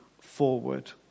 forward